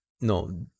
No